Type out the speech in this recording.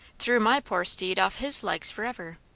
threw my poor steed off his legs forever!